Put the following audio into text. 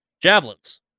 javelins